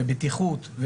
בטיחות,